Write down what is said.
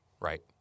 Right